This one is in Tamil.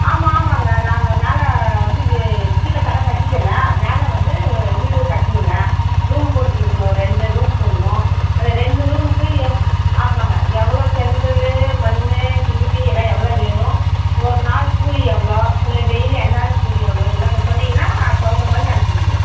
ஆமாம் ஆமாங்க நாங்கள் மேலே வந்து இது கீழே கடை கட்டிவிட்டேங்க மேலே வந்து வீடு கட்டணுங்க ரூம் போட்டு கொடுக்கணும் ரெண்டு ரூம் போடணும் அந்த ரெண்டு ரூமுக்கு எ ஆமாங்க எவ்வளோ செங்கல் மண் சிமிண்ட்டு எல்லாம் எவ்வளோ வேணும் ஒரு நாள் கூலி எவ்வளோ இல்லை டெய்லி அன்றாட கூலி எவ்வளோ இதெல்லாம் கொஞ்சம் சொன்னீங்கன்னா அதுக்கு தகுந்த மாதிரி நாங்கள் செஞ்சுக்குறோங்க